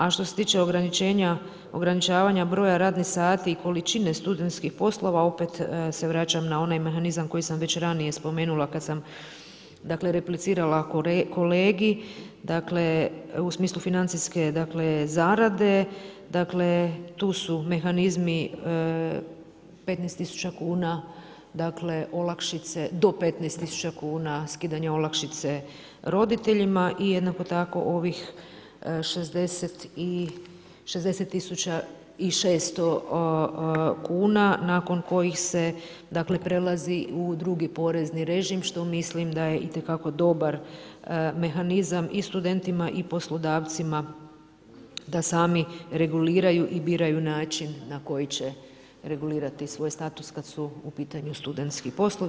A što se tiče ograničavanja broja radnih sati i količine studentskih poslova, opet se vraćam na onaj mehanizam koji sam već ranije spomenula kad sam replicirala kolegi, dakle u smislu financijske zarade, tu su mehanizmi 15 000 kuna olakšice do 15 000 kuna, skidanje olakšice roditeljima i jednako tako ovih 60 600 kuna nakon kojih se prelazi u drugi porezni režim, što mislim da je itekako dobar mehanizam i studentima i poslodavcima da sami reguliraju i biraju način na koji će regulirati svoj status kad su u pitanju studentski poslovi.